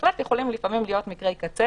ושבהחלט יכולים לפעמים להיות מקרי קצה